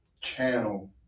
channel